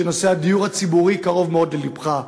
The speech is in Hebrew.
שנושא הדיור הציבורי קרוב מאוד ללבך,